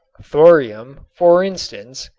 thorium, for instance,